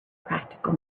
practical